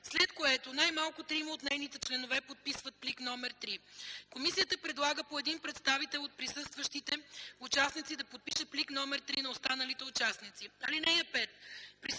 след което най-малко трима от нейните членове подписват плик № 3. Комисията предлага по един представител от присъстващите участници да подпише плик № 3 на останалите участници. (5)